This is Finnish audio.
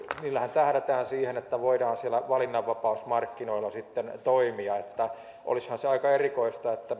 sillähän tähdätään siihen että voidaan siellä valinnanvapausmarkkinoilla sitten toimia olisihan se aika erikoista että